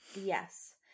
Yes